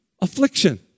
affliction